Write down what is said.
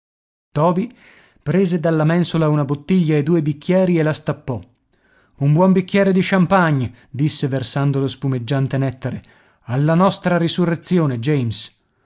toby prese dalla mensola una bottiglia e due bicchieri e la stappò un buon bicchiere di champagne disse versando lo spumeggiante nettare alla nostra risurrezione james